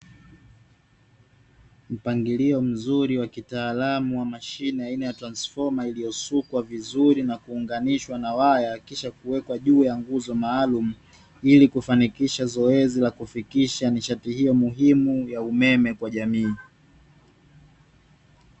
Mpangilio mzuri wa kitaalamu wa mashine aina ya transfoma iliyosukwa vizuri na kuunganishwa na waya, ikisha kuwekwa juu ya nguzo maalumu ili kufanikisha zoezi la kufikisha nishati hiyo muhimu, ya umeme kwa jamii.